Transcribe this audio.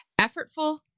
effortful